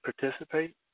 participate